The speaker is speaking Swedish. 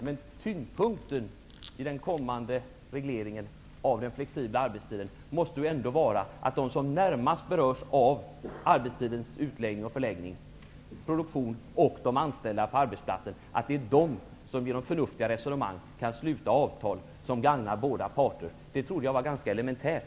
Men tyngdpunkten i den kommande regleringen av den flexibla arbetstiden måste ju vara att de som närmast berörs av arbetstidens utläggning och förläggning, dvs. produktionen och de anställda på arbetsplatsen, genom förnuftiga resonemang kan sluta avtal som gagnar båda parter. Det trodde jag var ganska elementärt.